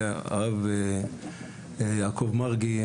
הרב יעקב מרגי,